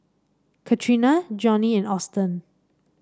Catrina Jonnie and Austen